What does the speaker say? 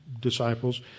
disciples